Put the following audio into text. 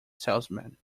salesman